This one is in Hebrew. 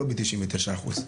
לא בתשעים ותשע אחוז.